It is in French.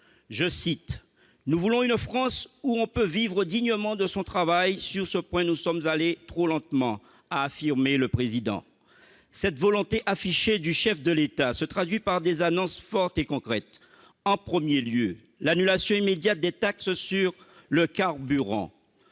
Réunion. « Nous voulons une France où l'on peut vivre dignement de son travail ; sur ce point, nous sommes allés trop lentement », a affirmé le Président de la République. Cette volonté affichée du chef de l'État se traduit par des annonces fortes et concrètes : l'annulation immédiate des taxes sur le carburant,